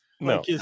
no